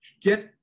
get